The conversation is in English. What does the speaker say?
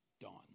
dawn